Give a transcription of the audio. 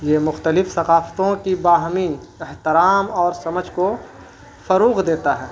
یہ مختلف ثقافتوں کی باہمی احترام اور سمجھ کو فروغ دیتا ہے